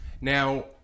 Now